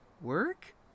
Work